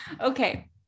okay